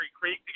Creek